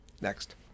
Next